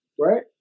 right